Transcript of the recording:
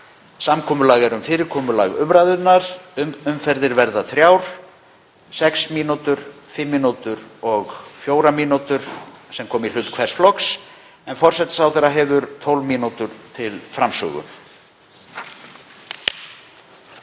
Samkomulag er um fyrirkomulag umræðunnar. Umferðir verða þrjár, sex mínútur, fimm mínútur og fjórar mínútur, sem koma í hlut hvers flokks, en forsætisráðherra hefur 12 mínútur til framsögu.